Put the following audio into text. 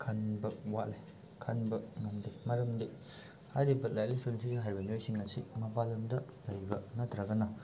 ꯈꯟꯕ ꯋꯥꯠꯂꯦ ꯈꯟꯕ ꯉꯝꯗꯦ ꯃꯔꯝꯗꯤ ꯍꯥꯏꯔꯤꯕ ꯂꯥꯏꯔꯤꯛ ꯂꯥꯏꯁꯨ ꯅꯤꯡꯊꯤꯅ ꯍꯩꯔꯕ ꯃꯤꯑꯣꯏꯁꯤꯡ ꯑꯁꯤ ꯃꯄꯥꯜꯂꯝꯗ ꯂꯩꯕ ꯅꯠꯇ꯭ꯔꯒꯅ